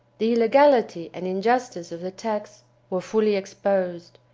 the illegality and injustice of the tax were fully exposed.